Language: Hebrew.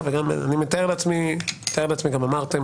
אמרתם